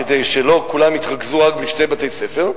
כדי שלא כולם יתרכזו רק בשני בתי-ספר,